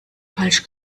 falsch